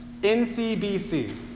NCBC